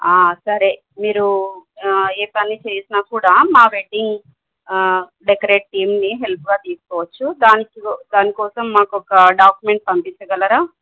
సరే మీరు ఏ పని చేసినా కూడా మా వెడ్డింగ్ డెకరేట్ టీమ్ని హెల్ప్గా తీసుకోవచ్చు దానికి దానికోసం మాకు ఒక డాక్యుమెంట్స్ పంపించగలరా